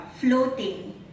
floating